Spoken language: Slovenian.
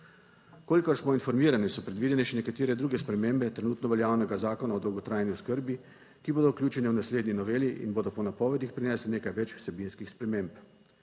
Kolikor smo informirani, so predvidene še nekatere druge spremembe trenutno veljavnega zakona o dolgotrajni oskrbi, ki bodo vključene v naslednji noveli in bodo po napovedih prinesli nekaj več vsebinskih sprememb.